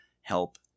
help